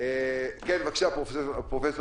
בבקשה, פרופ'